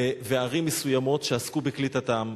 וערים מסוימות שעסקו בקליטתם.